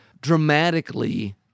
dramatically